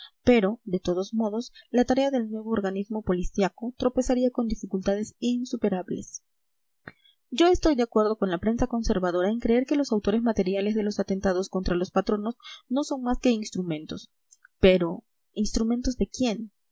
pero de todos modos la tarea del nuevo organismo policíaco tropezaría con dificultades insuperables yo estoy de acuerdo con la prensa conservadora en creer que los autores materiales de los atentados contra los patronos no son más que instrumentos pero instrumentos de quién